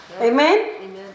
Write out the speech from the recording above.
Amen